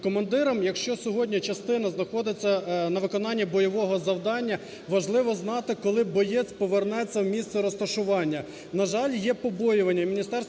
Командирам, якщо сьогодні частина знаходиться на виконанні бойового завдання, важливо знати, коли боєць повернеться в місце розташування. На жаль, є побоювання